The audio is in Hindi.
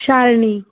चारनी